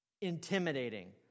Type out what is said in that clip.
intimidating